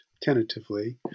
tentatively